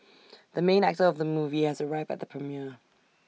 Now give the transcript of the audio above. the main actor of the movie has arrived at the premiere